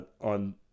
on